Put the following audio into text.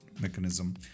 mechanism